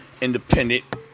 independent